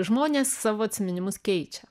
žmonės savo atsiminimus keičia